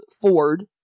Ford